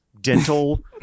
dental